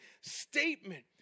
statement